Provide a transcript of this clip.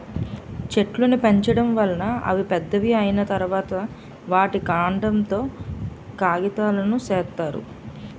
చెట్లును పెంచడం వలన అవి పెద్దవి అయ్యిన తరువాత, వాటి కాండం తో కాగితాలును సేత్తారు